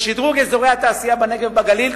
שדרוג אזורי התעשייה בנגב ובגליל,